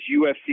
UFC